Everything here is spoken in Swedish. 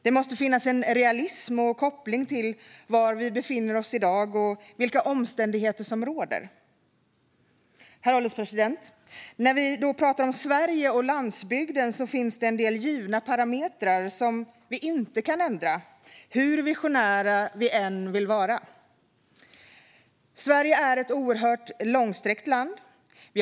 Det måste finnas en realism och koppling till var vi befinner oss i dag och vilka omständigheter som råder. Herr ålderspresident! När vi pratar om Sverige och landsbygden finns det en del givna parametrar som vi inte kan ändra - hur visionära vi än vill vara. Sverige är ett oerhört långsträckt land.